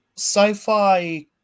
Sci-fi